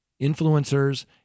influencers